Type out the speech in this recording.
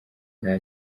nta